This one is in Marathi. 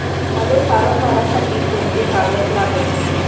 मले फारम भरासाठी कोंते कागद लागन?